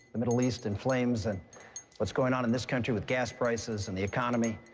the middle east in flames, and what's going on in this country with gas prices and the economy.